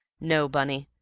no, bunny,